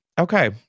Okay